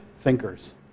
thinkers